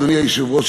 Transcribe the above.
אדוני היושב-ראש,